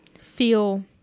feel